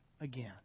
again